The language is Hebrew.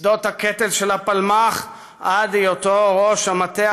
משדות הקטל של הפלמ"ח עד היותו ראש המטה